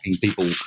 people